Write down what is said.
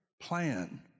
plan